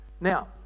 Now